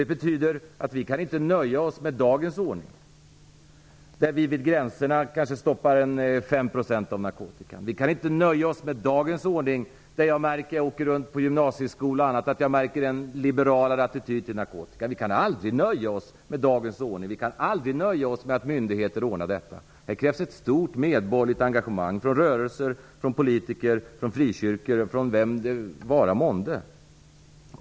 Det betyder att vi inte kan nöja oss med dagens ordning, där vi vid gränserna stoppar kanske 5 % av narkotikan. Vi kan inte nöja oss med dagens ordning, där jag märker när jag åker runt bl.a. på gymnasieskolor att det finns en liberalare attityd till narkotika. Vi kan aldrig nöja oss med dagens ordning. Vi kan aldrig nöja oss med att myndigheter ordnar detta. Här krävs ett stort personligt engagemang - från rörelser, från politiker, från frikyrkor, från vem det vara månde.